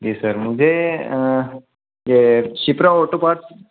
जी sir मुझे ये Shipra auto parts